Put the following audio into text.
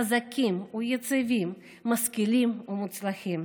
חזקים ויציבים, משכילים ומוצלחים.